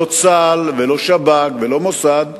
לא צה"ל ולא שב"כ ולא מוסד,